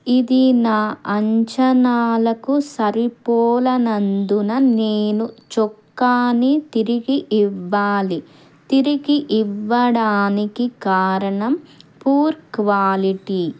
ఇది నా అంచనాలకు సరిపోలనందున నేను చొక్కాని తిరిగి ఇవ్వాలి తిరిగి ఇవ్వడానికి కారణం పూర్ క్వాలిటీ